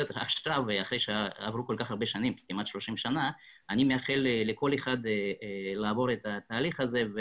עברו כמעט 30 שנים ואני מאחל לכל אחד לעבור את התהליך הזה.